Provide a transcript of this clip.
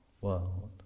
world